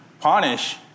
punish